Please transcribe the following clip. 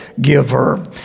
giver